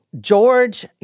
George